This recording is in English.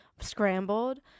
Scrambled